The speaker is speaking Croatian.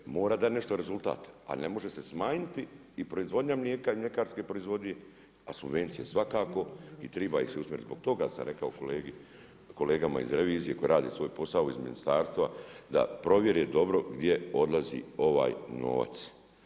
Je li, mora da je nešto rezultat, ali ne može se smanjiti i proizvodnja i mlijeka i mljekarskih proizvodnji a subvencija svakako i treba ih se usmjeriti zbog toga, ja sam rekao kolegama iz revizije tko radi svoj posao, iz ministarstva da provjere dobro gdje odlazi ovaj novac.